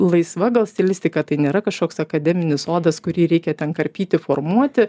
laisva gal stilistika tai nėra kažkoks akademinis sodas kurį reikia ten karpyti formuoti